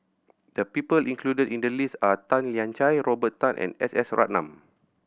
the people included in the list are Tan Lian Chye Robert Tan and S S Ratnam